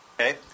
Okay